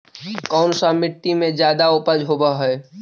कोन सा मिट्टी मे ज्यादा उपज होबहय?